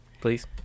Please